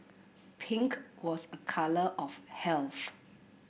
pink was a colour of health